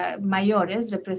mayores